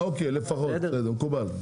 אוקיי לפחות בסדר, מקובל,